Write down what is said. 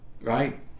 right